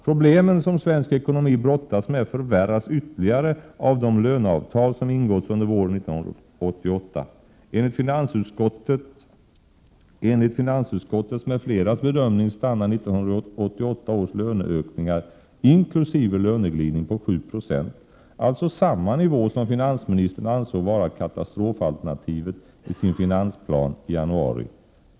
Problemen som svensk ekonomi brottas med förvärras ytterligare av de löneavtal som ingåtts under våren 1988. Enligt finansutskottets med fleras bedömning stannar 1988 års löneökningar, inkl. löneglidning, på 7 Ze, alltså samma nivå som finansministern ansåg vara katastrofalternativet i sin finansplan i januari.